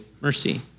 mercy